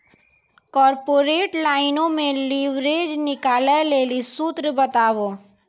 corporate लाइनो मे leverage निकालै लेली सूत्र बताबो